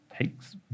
takes